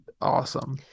awesome